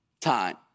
time